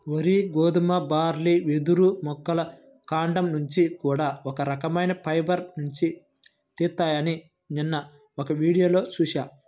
వరి, గోధుమ, బార్లీ, వెదురు మొక్కల కాండం నుంచి కూడా ఒక రకవైన ఫైబర్ నుంచి తీత్తారని నిన్న ఒక వీడియోలో చూశా